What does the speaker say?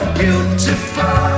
beautiful